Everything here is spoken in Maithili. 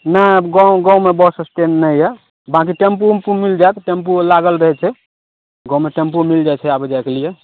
नहि अब गाम गाममे बस स्टैण्ड नहि यऽ बाकी टेम्पू एम्पू मिलि जाएत टेम्पू लागल रहै छै गाममे टेम्पू मिलि जाइ छै आबै जाएके लिए